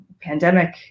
pandemic